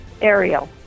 Ariel